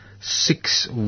six